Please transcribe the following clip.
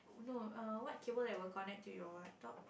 no err what cable that will connect to your laptop